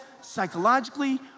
psychologically